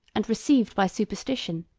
and received by superstition,